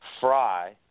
fry